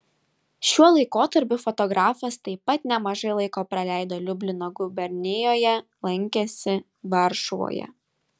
šiuo laikotarpiu fotografas taip pat nemažai laiko praleido liublino gubernijoje lankėsi varšuvoje